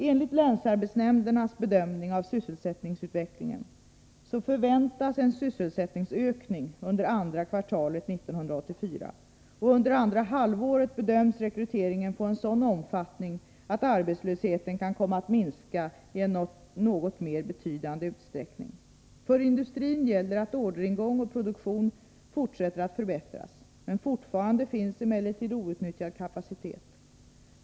Enligt länsarbetsnämndernas bedömning av sysselsättningsutvecklingen förväntas en sysselsättningsökning under andra kvartalet 1984, och under andra halvåret bedöms rekryteringen få en sådan omfattning att arbetslösheten kan komma att minska i en något mer betydande utsträckning. För industrin gäller att orderingång och produktion fortsätter att förbättras, men fortfarande finns emellertid outnyttjad kapacitet.